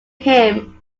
him